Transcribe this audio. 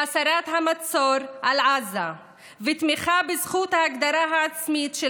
הסרת המצור על עזה ותמיכה בזכות ההגדרה העצמית של